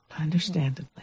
Understandably